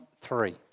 three